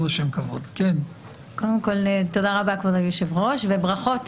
תודה רבה כבוד היושב-ראש, וברכות